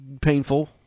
painful